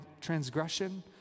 transgression